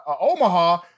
Omaha